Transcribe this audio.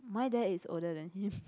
my dad is older than him